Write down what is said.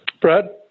Brad